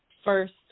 first